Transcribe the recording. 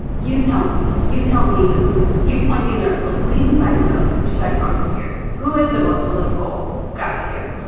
you tell me you tell me who you point me in there actually like lead me by the nose. who should i talk to here? who is the most political guy here?